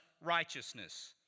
righteousness